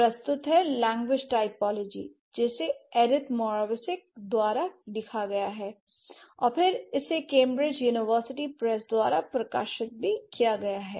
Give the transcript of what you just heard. प्रस्तुत है language typologies जिसे एडिथ मोरवस्किक द्वारा लिखा गया है और फिर इसे कैम्ब्रिज यूनिवर्सिटी प्रेस द्वारा प्रकाशित किया गया है